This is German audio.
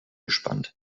gespannt